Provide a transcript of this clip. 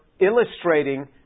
illustrating